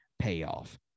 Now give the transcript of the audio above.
Payoff